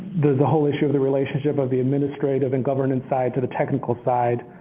the the whole issue of the relationship of the administrative and governance side to the technical side.